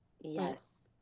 Yes